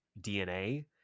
DNA